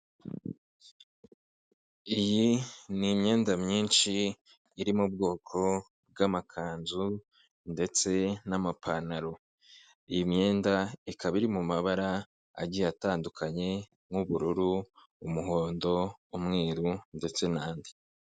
Iyi ni imyenda myinshi iri mu bwoko bw'amakanzu ndetse n'amapantaro, iyi myenda ikaba iri mu mabara agiye atandukanye nk'ubururu, umuhondo, umweru ndetse n'andi.